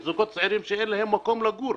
זוגות צעירים שאין להם מקום לגור.